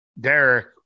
Derek